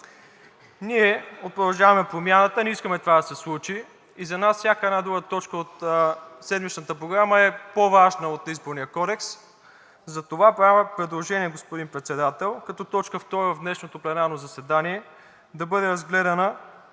Ние от „Продължаваме Промяната“ не искаме това да се случи и за нас всяка една друга точка от седмичната Програма е по-важна от Изборния кодекс. Затова правя предложение, господин Председател, като точка 2 в днешното пленарно заседание да бъде разгледана